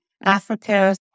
Africa